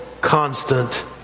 constant